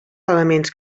elements